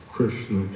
Krishna